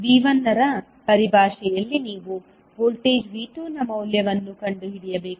V1 ರ ಪರಿಭಾಷೆಯಲ್ಲಿ ನೀವು ವೋಲ್ಟೇಜ್ V2 ನ ಮೌಲ್ಯವನ್ನು ಕಂಡುಹಿಡಿಯಬೇಕು